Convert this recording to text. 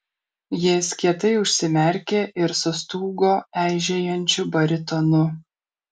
jis kietai užsimerkė ir sustūgo eižėjančiu baritonu